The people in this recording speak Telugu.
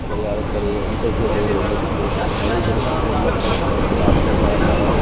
కబడ్డీ ఆడచ్చు అని ఎంత ఎక్సైటెడ్గా వెయిట్ చేస్తుండే అదే ఈ జనెరేషన్ పిల్లలు మాత్రం బయటకి వెళ్ళి ఆడుకోండిరా అన్నాకానీ